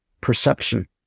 perception